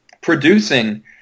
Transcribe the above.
producing